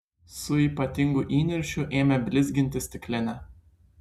su ypatingu įniršiu ėmė blizginti stiklinę